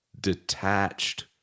detached